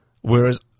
Whereas